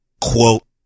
quote